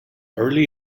early